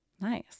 Nice